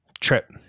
trip